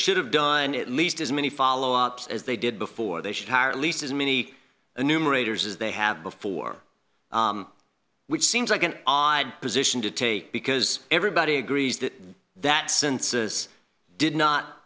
should have done at least as many follow ups as they did before they should hire at least as many enumerators as they have before which seems like an odd position to take because everybody agrees that that census did not